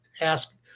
ask